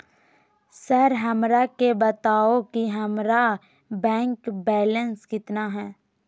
Sir हमरा के बताओ कि हमारे बैंक बैलेंस कितना है?